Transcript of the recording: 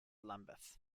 lambeth